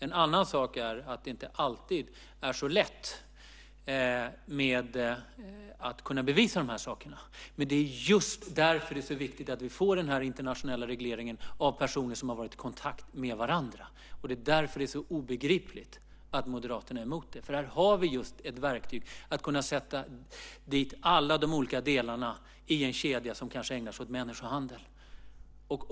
En annan sak är att det inte alltid är så lätt att kunna bevisa de här sakerna. Men det är just därför det är så viktigt att vi får den här internationella regleringen av personer som har varit i kontakt med varandra. Det är också därför det är så obegripligt att Moderaterna är emot det. Här har vi just ett verktyg för att kunna sätta dit alla de olika delarna i en kedja som kanske ägnar sig åt människohandel.